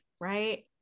right